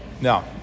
No